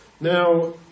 Now